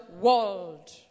world